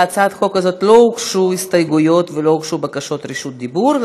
להצעת החוק הזאת לא הוגשו הסתייגויות ולא הוגשו בקשות רשות דיבור,